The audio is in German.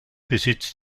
besitzt